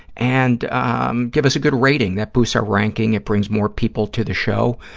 and um give us a good rating. that boosts our ranking. it brings more people to the show.